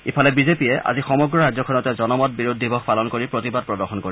ইফালে বিজেপিয়ে আজি সমগ্ৰ ৰাজ্যখনতে জনমত বিৰোধ দিৱস পালন কৰি প্ৰতিবাদ প্ৰদৰ্শন কৰিব